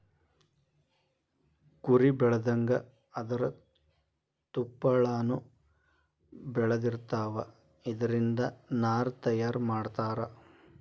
ಕುರಿ ಬೆಳದಂಗ ಅದರ ತುಪ್ಪಳಾನು ಬೆಳದಿರತಾವ, ಇದರಿಂದ ನಾರ ತಯಾರ ಮಾಡತಾರ